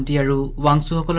ah zero one so but